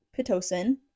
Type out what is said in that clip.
pitocin